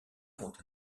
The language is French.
font